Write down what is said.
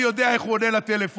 אני יודע איך הוא עונה לטלפון,